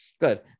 Good